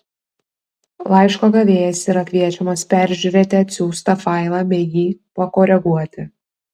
laiško gavėjas yra kviečiamas peržiūrėti atsiųstą failą bei jį pakoreguoti